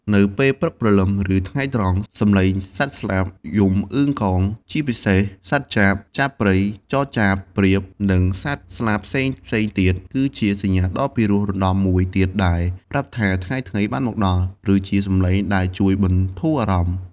នៅពេលព្រឹកព្រលឹម ឬពេលថ្ងៃត្រង់ សំឡេងសត្វស្លាបយំអឺងកង ជាពិសេសសត្វចាប ចាបព្រៃ ចចាប ព្រាប និងសត្វស្លាបផ្សេងៗទៀត គឺជាសញ្ញាដ៏ពិរោះរណ្ដំមួយទៀតដែលប្រាប់ថាថ្ងៃថ្មីបានមកដល់ ឬជាសំឡេងដែលជួយបន្ធូរអារម្មណ៍។